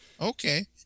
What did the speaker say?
okay